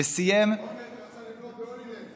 וסיים, אולמרט רצה לבנות בהולילנד.